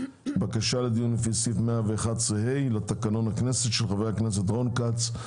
בקשה לדיון לפי סעיף 111(ה) לתקנון הכנסת של חברי הכנסת רון כץ,